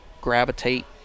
gravitate